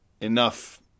enough